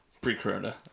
Pre-Corona